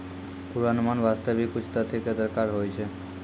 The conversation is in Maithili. पुर्वानुमान वास्ते भी कुछ तथ्य कॅ दरकार होय छै